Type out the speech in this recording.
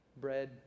bread